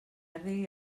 rigui